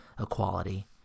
Equality